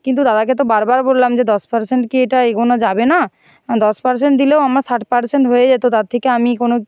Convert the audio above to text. কিন্তু দাদাকে তো বারবার বললাম যে দশ পার্সেন্ট কি এটা এগোনো যাবে না দশ পার্সেন্ট দিলেও আমার ষাট পার্সেন্ট হয়ে যেতো তার থেকে আমি কোনও